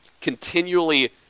continually